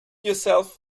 yourself